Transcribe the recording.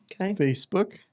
Facebook